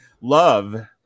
love